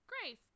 Grace